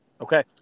Okay